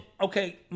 Okay